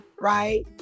right